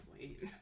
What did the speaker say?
wait